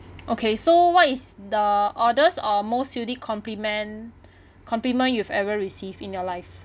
okay so what is the oddest or most unique compliment compliment you've ever received in your life